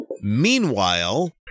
Meanwhile